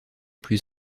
plus